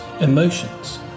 emotions